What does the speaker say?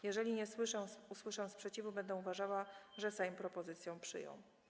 Jeżeli nie usłyszę sprzeciwu, będę uważała, że Sejm propozycje przyjął.